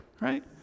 right